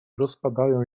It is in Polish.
rozpadają